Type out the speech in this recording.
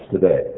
today